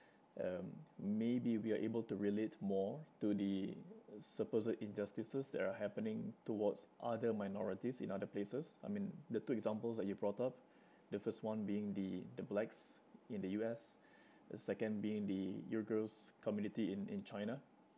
um maybe we are able to relate more to the supposed injustices that are happening towards other minorities in other places I mean the two examples that you brought up the first one being the the blacks in the U_S the second being the uyghurs' community in in China